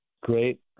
great